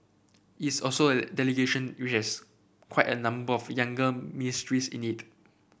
it's also a delegation which has quite a number of younger ministers in it